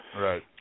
Right